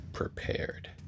Prepared